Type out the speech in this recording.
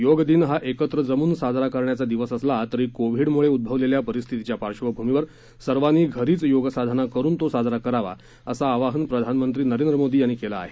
योग दिन हा एकत्र जमून साजरा करण्याचा दिवस असला तरी कोविडमुळे उद्भवलेल्या परिस्थितीच्या पार्श्वभूमीवर सर्वांनी घरीच योगसाधना करुन तो साजरा करावा असं आवाहन प्रधानमंत्री नरेंद्र मोदी यांनी केलं आहे